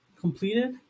completed